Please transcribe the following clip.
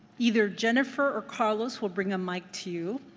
either jennifer or carlos will bring a mic to